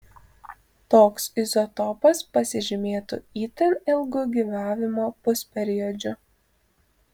toks izotopas pasižymėtų itin ilgu gyvavimo pusperiodžiu